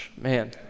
man